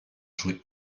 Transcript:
jouée